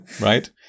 right